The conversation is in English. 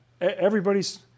Everybody's